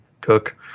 cook